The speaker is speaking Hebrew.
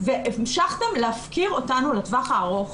והמשכתם להפקיר אותנו לטווח הארוך.